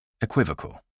Equivocal